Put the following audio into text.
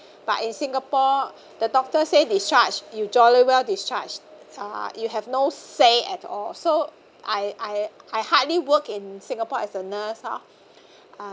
but in singapore the doctor say discharge you jolly well discharged uh you have no say at all so I I I hardly work in singapore as a nurse oh